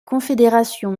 confédération